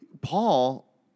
Paul